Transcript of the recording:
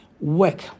work